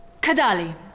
Kadali